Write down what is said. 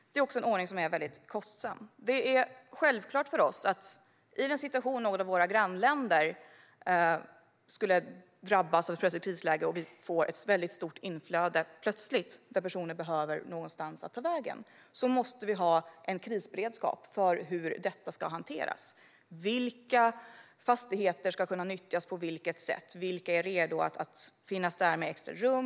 Det är också en kostsam ordning. Vi måste självklart ha en krisberedskap för att hantera om ett av våra grannländer drabbas av ett plötsligt krisläge och vi får ett stort, plötsligt, inflöde av personer som behöver någonstans att ta vägen. Vilka fastigheter ska kunna nyttjas på vilket sätt? Vilka är redo att finnas där med extra rum?